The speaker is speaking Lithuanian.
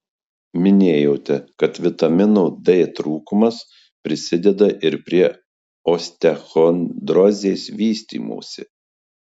minėjote kad vitamino d trūkumas prisideda ir prie osteochondrozės vystymosi